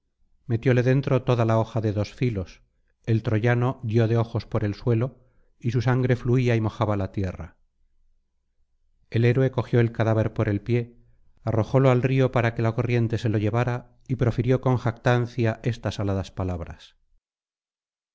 metióle dentro toda la hoja de dos filos el troyano dio de ojos por el suelo y su sangre fluía y mojaba la tierra el héroe cogió el cadáver por el pie arrojólo al río para que la corriente se lo llevara y profirió con jactancia estas aladas palabras